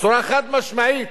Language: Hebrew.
בצורה חד-משמעית,